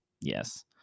Yes